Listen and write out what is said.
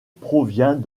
provient